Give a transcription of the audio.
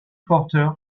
porter